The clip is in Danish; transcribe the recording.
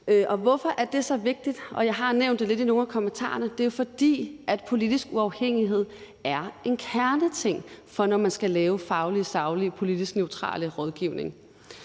Hvorfor er det så vigtigt? Jeg har nævnt lidt om det i nogle af kommentarerne. Det er, fordi politisk uafhængighed er en kerneting, når man skal lave faglig, saglig og politisk neutral rådgivning.